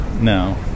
No